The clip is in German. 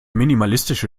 minimalistische